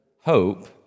Hope